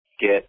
get